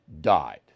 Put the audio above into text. died